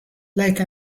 like